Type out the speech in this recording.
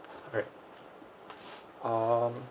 alright um